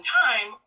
time